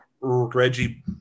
Reggie